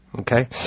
Okay